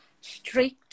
strict